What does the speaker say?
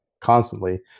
constantly